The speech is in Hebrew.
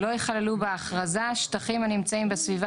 "לא יכללו בהכרזה שטחים הנמצאים בסביבה